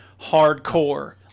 hardcore